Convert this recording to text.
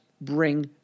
bring